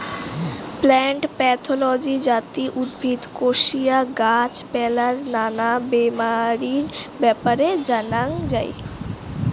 plant pathology যাতি উদ্ভিদ, কোশিয়া, গাছ পালার নানা বেমারির ব্যাপারে জানাঙ যাই